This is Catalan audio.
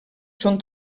són